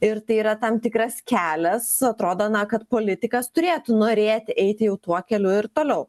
ir tai yra tam tikras kelias atrodo na kad politikas turėtų norėti eiti jau tuo keliu ir toliau